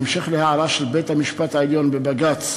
בהמשך להערה של בית-המשפט העליון בבג"ץ